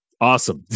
Awesome